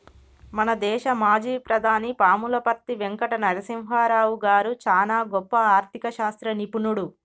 మన దేశ మాజీ ప్రధాని పాములపర్తి వెంకట నరసింహారావు గారు చానా గొప్ప ఆర్ధిక శాస్త్ర నిపుణుడు